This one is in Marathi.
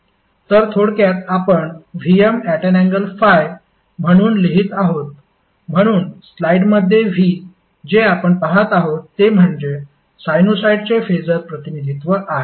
तर थोडक्यात आपण Vm∠∅ म्हणून लिहीत आहोत म्हणून स्लाइडमध्ये V जे आपण पाहत आहोत ते म्हणजे साइनसॉइडचे फेसर प्रतिनिधित्व आहे